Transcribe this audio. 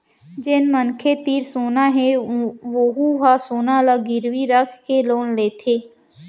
जेन मनखे तीर सोना हे वहूँ ह सोना ल गिरवी राखके लोन लेथे